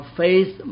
faith